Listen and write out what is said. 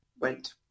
went